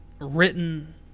written